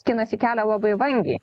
skinasi kelią labai vangiai